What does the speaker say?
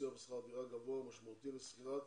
סיוע בשכר דירה גבוה משמעותי לשכירת